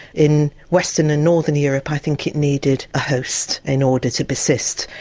in western and northern europe i think it needed a host in order to persist.